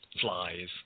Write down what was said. flies